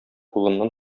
улыннан